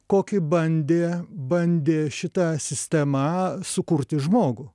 kokį bandė bandė šita sistema sukurti žmogų